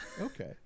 okay